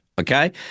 okay